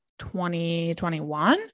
2021